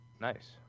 Nice